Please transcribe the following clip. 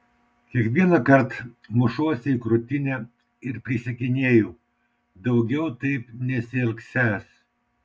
kiekvienąkart mušuos į krūtinę ir prisiekinėju daugiau taip nesielgsiąs